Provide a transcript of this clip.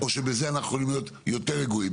או שאולי בהם אנחנו יכולים להיות יותר רגועים,